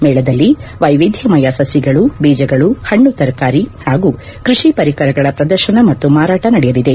ಮೇಳದಲ್ಲಿ ವೈವಿಧ್ಯಮಯ ಸಸಿಗಳು ಬೀಜಗಳು ಹಣ್ಣು ತರಕಾರಿ ಹಾಗೂ ಕೃಷಿ ಪರಿಕರಗಳ ಪ್ರದರ್ಶನ ಮತ್ತು ಮಾರಾಟ ನಡೆಯಲಿದೆ